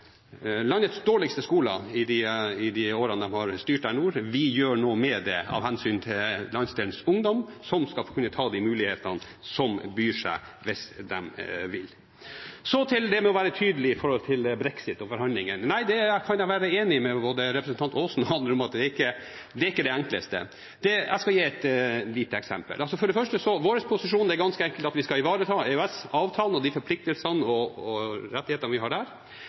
landets dårligste skoler der nord i de årene de har styrt. Vi gjør noe med det av hensyn til landsdelens ungdom, som skal få ta de mulighetene som byr seg hvis de vil. Til det med å være tydelig når det gjelder brexit og forhandlingene: Jeg kan være enig med både representanten Aasen og andre om at det er ikke det enkleste. Jeg skal gi et lite eksempel: For det første er vår posisjon ganske enkelt at vi skal ivareta EØS-avtalen og de forpliktelsene og rettighetene vi har der,